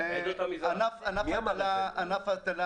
ענף ההטלה